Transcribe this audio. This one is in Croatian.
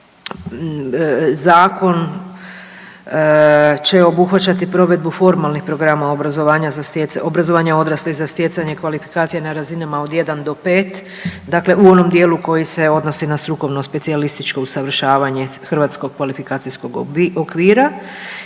zakon će obuhvaćati provedbu formalnih programa obrazovanja za, obrazovanja odraslih za stjecanje kvalifikacije na razinama od 1 do 5, dakle u onom dijelu koji se odnosi na strukovno specijalističko usavršavanje hrvatskog kvalifikacijskog okvira